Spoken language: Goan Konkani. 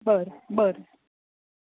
बरें बरें